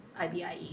IBIE